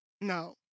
No